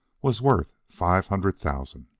was worth five hundred thousand.